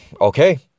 okay